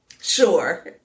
sure